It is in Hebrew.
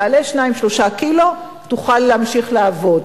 תעלה 2, 3 קילו, תוכל להמשיך לעבוד.